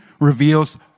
reveals